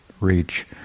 reach